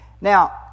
Now